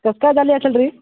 कसं का झाली असंल रे